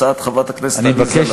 הצעת חברת הכנסת עליזה לביא,